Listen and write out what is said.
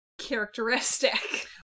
characteristic